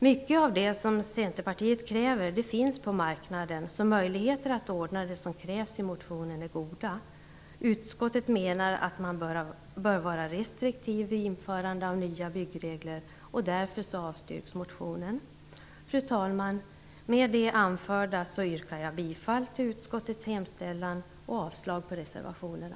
Mycket av det som Centerpartiet kräver finns på marknaden, så möjligheterna att ordna det som krävs i motionen är goda. Utskottet menar att man bör vara restriktiv vid införande av nya byggregler, och därför avstyrks motionen. Fru talman! Med det anförda yrkar jag bifall till utskottets hemställan och avslag på reservationerna.